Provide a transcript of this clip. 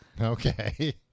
Okay